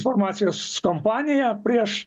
informacijos kompaniją prieš